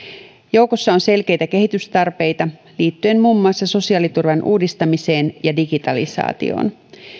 joukossa on selkeitä kehitystarpeita liittyen muun muassa sosiaaliturvan uudistamiseen ja digitalisaatioon